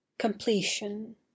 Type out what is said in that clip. completion